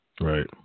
right